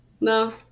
No